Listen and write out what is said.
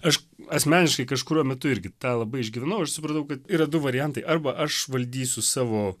aš asmeniškai kažkuriuo metu irgi tą labai išgyvenau aš supratau kad yra du variantai arba aš valdysiu savo